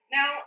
Now